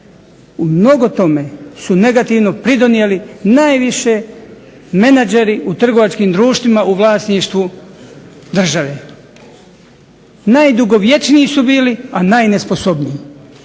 u mnogo tome su negativno pridonijeli najviše menadžeri u trgovačkim društvima u vlasništvu države. Najdugovječniji su bili, a najnesposobniji.